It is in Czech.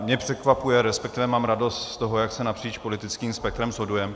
Mě překvapuje, resp. mám radost z toho, jak se napříč politickým spektrem shodujeme.